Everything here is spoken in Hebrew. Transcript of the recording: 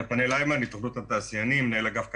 נתנאל היימן, מנהל אגף כלכלה,